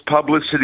publicity